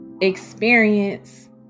experience